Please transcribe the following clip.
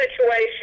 situation